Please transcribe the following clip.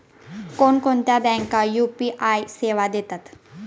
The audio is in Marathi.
कोणकोणत्या बँका यू.पी.आय सेवा देतात?